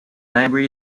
library